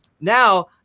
Now